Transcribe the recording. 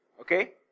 okay